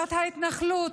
שרת ההתנחלות,